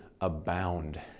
abound